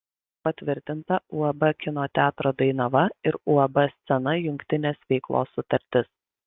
patvirtinta uab kino teatro dainava ir uab scena jungtinės veiklos sutartis